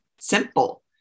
simple